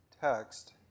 text